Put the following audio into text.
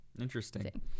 Interesting